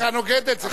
נוגד את זה.